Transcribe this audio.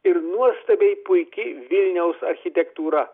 ir nuostabiai puiki vilniaus architektūra